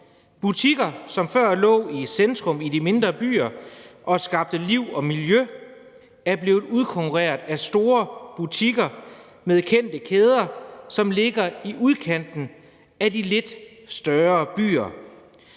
butikker, som før lå i centrum i de mindre byer og skabte liv og miljø, er blevet udkonkurreret af store butikker med kendte kæder, som ligger i udkanten af de lidt større byer.